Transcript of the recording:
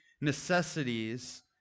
necessities